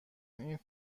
این